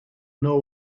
know